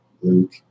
Luke